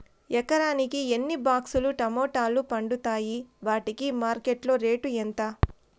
ఎకరాకి ఎన్ని బాక్స్ లు టమోటాలు పండుతాయి వాటికి మార్కెట్లో రేటు ఎంత?